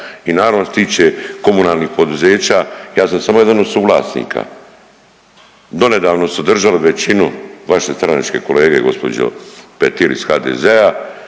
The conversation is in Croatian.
i naravno što se tiče komunalnih poduzeća ja sam samo jedan od suvlasnika, donedavno su držali većinu vaše stranačke kolege gđo. Petir iz HDZ-a